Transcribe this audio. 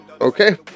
Okay